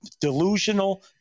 delusional